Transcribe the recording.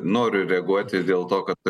noriu reaguoti dėl to kad